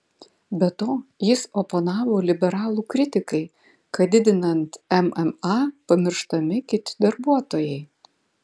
be to jis oponavo liberalų kritikai kad didinant mma pamirštami kiti darbuotojai